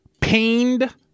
pained